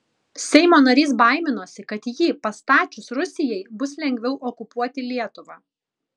seimo narys baiminosi kad jį pastačius rusijai bus lengviau okupuoti lietuvą